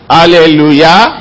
Hallelujah